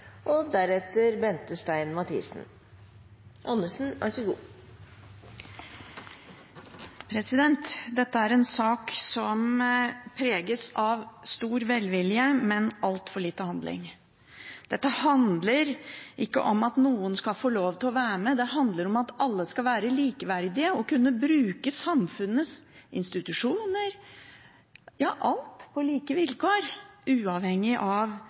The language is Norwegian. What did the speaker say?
sak som preges av stor velvilje, men altfor lite handling. Dette handler ikke om at noen skal få lov til å være med, det handler om at alle skal være likeverdige og kunne bruke samfunnets institusjoner – ja alt – på like vilkår, uavhengig av